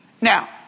Now